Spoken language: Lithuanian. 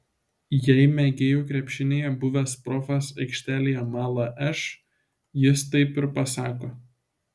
jei mėgėjų krepšinyje buvęs profas aikštėje mala š jis taip ir pasako